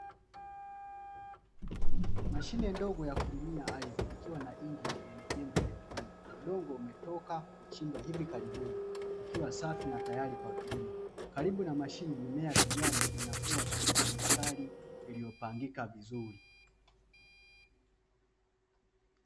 Mashine ndogo ya kulimia ardhi, ikiwa na injini yenye jembe lekundu, udongo umetoka kuchimbwa hivi karibuni, ukiwa safi na tayari kwa kilimo, karibu na mashine mimea ya kijani inakua katika mistari iliyopangika vizuri.